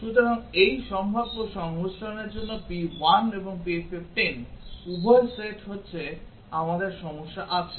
সুতরাং এই সম্ভাব্য সংমিশ্রণের জন্য p1 এবং p15 উভয় সেট হচ্ছে আমাদের সমস্যা আছে